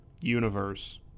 universe